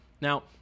Now